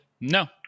No